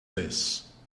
this